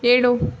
ಏಳು